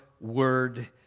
Word